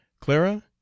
Clara